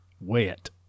wet